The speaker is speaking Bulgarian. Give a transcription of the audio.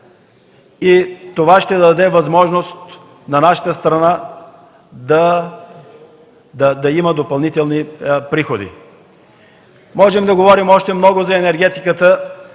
Това ще даде възможност на нашата страна да има допълнителни приходи. Можем да говорим още много за енергетиката,